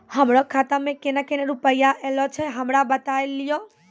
हमरो खाता मे केना केना रुपैया ऐलो छै? हमरा बताय लियै?